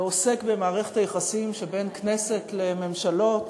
עוסק במערכת היחסים שבין כנסת לממשלות,